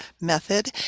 method